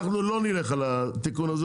אנחנו לא נלך על התיקון הזה,